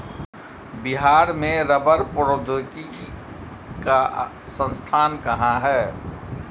बिहार में रबड़ प्रौद्योगिकी का संस्थान कहाँ है?